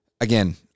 again